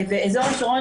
באזור השרון,